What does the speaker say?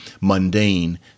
mundane